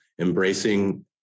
embracing